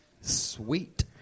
Sweet